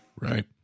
Right